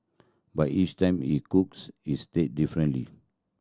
but each time he cooks is differently